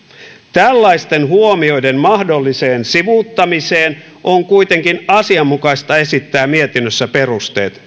tällaisten huomioiden mahdolliseen sivuuttamiseen on kuitenkin asianmukaista esittää mietinnössä perusteet